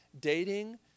dating